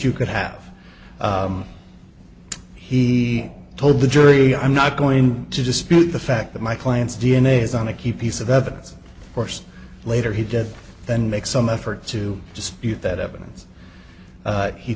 you could have he told the jury i'm not going to dispute the fact that my client's d n a is on a key piece of evidence of course later he did then make some effort to dispute that evidence